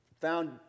found